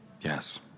Yes